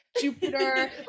jupiter